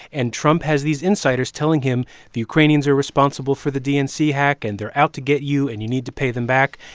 and trump has these insiders telling him the ukrainians are responsible for the dnc hack. and they're out to get you. and you need to pay them back.